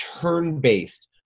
turn-based